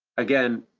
again,